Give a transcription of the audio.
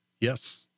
Yes